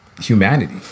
humanity